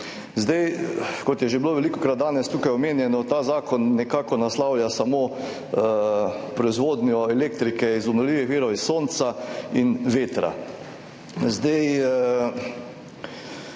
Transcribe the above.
večja. Kot je bilo že velikokrat danes tukaj omenjeno, ta zakon nekako naslavlja samo proizvodnjo elektrike iz obnovljivih virov, iz sonca in vetra.